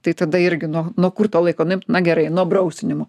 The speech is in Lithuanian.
tai tada irgi nuo nuo kur to laiko nuimt na gerai nuo brousvinimo